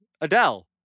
Adele